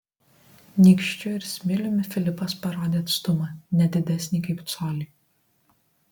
nykščiu ir smiliumi filipas parodė atstumą ne didesnį kaip colį